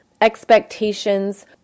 expectations